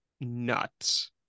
nuts